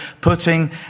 putting